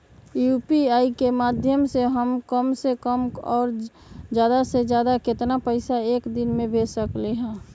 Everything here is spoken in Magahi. यू.पी.आई के माध्यम से हम कम से कम और ज्यादा से ज्यादा केतना पैसा एक दिन में भेज सकलियै ह?